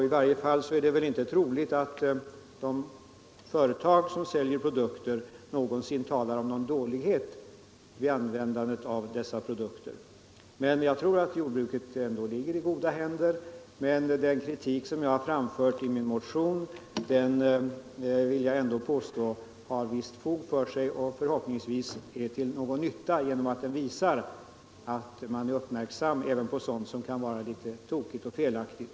I varje fall är det inte troligt att ett företag som säljer produkter någonsin talar om dålig kvalitet på de pro dukter man saluför. Jag tror ändå att jordbruket ligger i goda händer. Men den kritik som jag har framfört i min motion påstår jag ändå har ett visst fog för sig, och förhoppningsvis har motionen varit till någon nytta eftersom den visar att man är uppmärksam även på sådant som kan vara litet tokigt och felaktigt.